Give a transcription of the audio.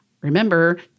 Remember